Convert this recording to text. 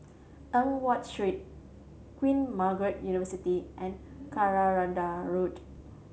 Eng Watt Street Queen Margaret University and Jacaranda Road